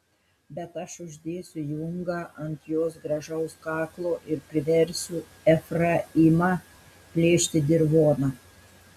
bet aš uždėsiu jungą ant jos gražaus kaklo ir priversiu efraimą plėšti dirvoną